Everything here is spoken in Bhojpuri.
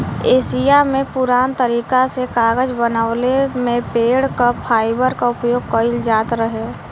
एशिया में पुरान तरीका से कागज बनवले में पेड़ क फाइबर क उपयोग कइल जात रहे